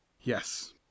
Yes